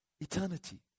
eternity